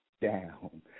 down